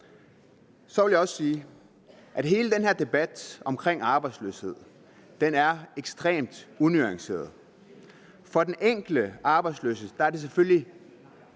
Så vil jeg også sige, at hele den her debat om arbejdsløshed er ekstremt unuanceret. For den enkelte arbejdsløse er det selvfølgelig